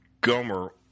Gomer